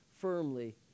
firmly